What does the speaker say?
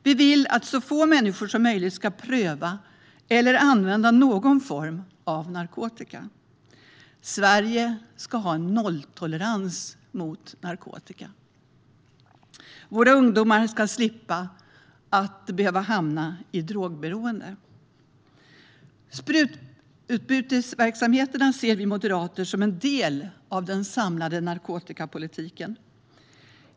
Vi vill att så få människor som möjligt ska pröva eller använda någon form av narkotika. Sverige ska ha nolltolerans mot narkotika. Våra ungdomar ska slippa hamna i drogberoende. Sprututbytesverksamheterna ser vi moderater som en del av den samlade narkotikapolitiken.